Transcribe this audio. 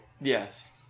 Yes